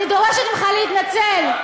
אני דורשת ממך להתנצל.